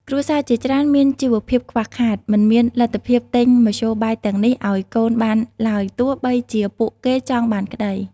គ្រួសារជាច្រើនមានជីវភាពខ្វះខាត មិនមានលទ្ធភាពទិញមធ្យោបាយទាំងនេះឲ្យកូនបានឡើយ ទោះបីជាពួកគេចង់បានក្តី។